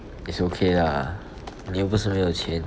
it's okay lah 你又不是没有钱